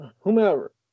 whomever